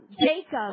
Jacob